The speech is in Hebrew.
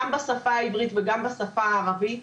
גם בשפה העברית גם בשפה הערבית.